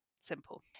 Simple